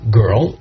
girl